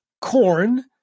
corn